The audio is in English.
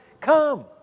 come